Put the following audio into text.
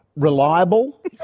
reliable